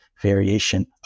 variation